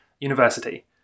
University